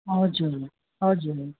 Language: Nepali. हजुर हजुर